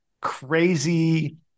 crazy